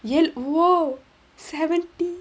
!whoa! seventy